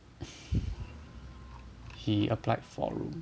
he applied four room